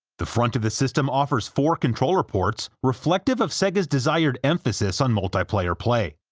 the front of the system offers four controller ports, reflective of sega's desired emphasis on multiplayer play.